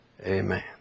amen